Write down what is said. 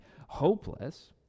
hopeless